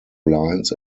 lines